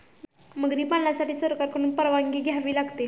मगरी पालनासाठी सरकारकडून परवानगी घ्यावी लागते